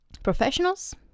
professionals